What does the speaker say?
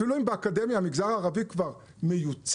אפילו אם באקדמיה המגזר הערבי כבר מיוצג,